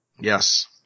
Yes